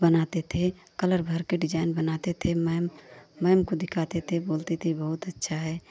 बनाते थे कलर भर के डिज़ाइन बनाते थे मैम मैम खुद ही कहती थी बोलती थी बहुत अच्छा है